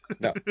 No